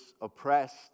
oppressed